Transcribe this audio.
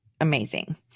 amazing